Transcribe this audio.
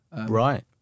Right